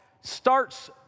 starts